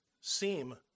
seem